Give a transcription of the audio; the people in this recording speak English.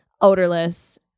odorless